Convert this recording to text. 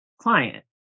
client